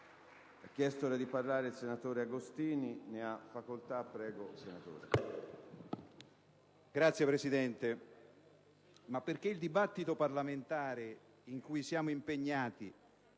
Signor Presidente, perché il dibattito parlamentare in cui siamo impegnati